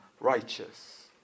Righteous